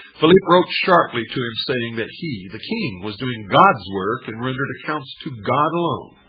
philip wrote sharply to him saying that he, the king, was doing god's work, and rendered accounts to god alone.